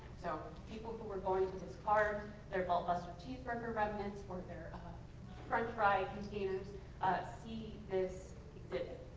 so people who were going to discard their belt-buster cheeseburger remnants or their french fry containers see this exhibit.